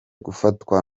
gufatwa